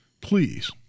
please